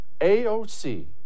AOC